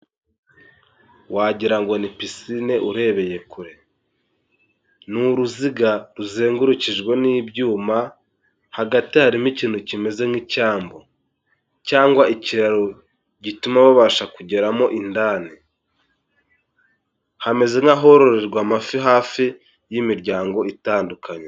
Wagira ngo ni pisine urebeye kure, ni uruziga ruzengurukijwe n'ibyuma, hagati harimo ikintu kimeze nk'icyambu cyangwa ikiraro gituma babasha kugeramo indani, hameze nk'ahororerwa amafi, hafi y'imiryango itandukanye.